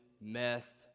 messed